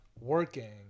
working